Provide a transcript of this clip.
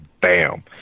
bam